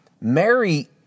Mary